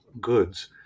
goods